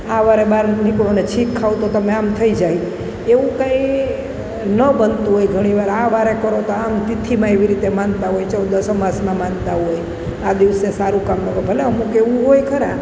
આ વારે બાર નીકળું અને છીંક ખાઉ તો તમે આમ થઈ જાય એવું કાંઇ ન બનતું હોય ઘણીવાર આ વારે કરો તો આમ તિથીમાં એવી રીતે માનતા ચૌદસ અમાસમાં માનતા હોય આ દિવસે સારું કામ કરો ભલે અમુક એવું હોય ખરા